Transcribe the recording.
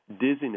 dizziness